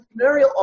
entrepreneurial